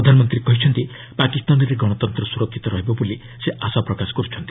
ପ୍ରଧାନମନ୍ତ୍ରୀ କହିଛନ୍ତି ପାକିସ୍ତାନରେ ଗଣତନ୍ତ୍ର ସୁରକ୍ଷିତ ରହିବ ବୋଲି ସେ ଆଶାପ୍ରକାଶ କରୁଛନ୍ତି